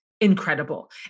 incredible